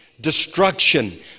destruction